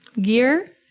gear